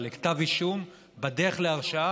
לכתב אישום בדרך להרשעה,